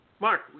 Mark